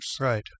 Right